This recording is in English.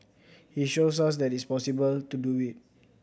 he shows us that it is possible to do it